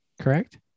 Correct